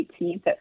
18th